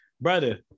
brother